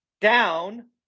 Down